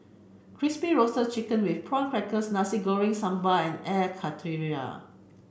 Crispy Roasted Chicken with Prawn Crackers Nasi Goreng Sambal and Air Karthira